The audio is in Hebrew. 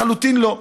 לחלוטין לא.